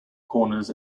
corners